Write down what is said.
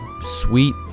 sweet